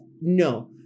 No